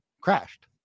crashed